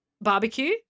barbecue